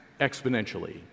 exponentially